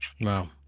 Wow